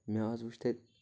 مےٚ حظ وُچھ تَتہِ